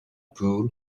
pool